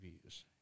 views